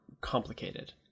complicated